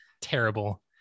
Terrible